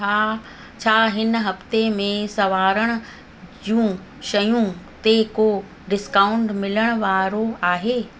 हा छा हिन हफ़्ते में सवारणु जूं शयूं ते को डिस्काऊंट मिलण वारो आहे